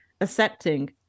accepting